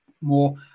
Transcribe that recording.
more